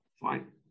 Fine